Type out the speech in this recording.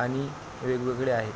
आणि वेगवेगळे आहेत